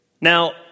Now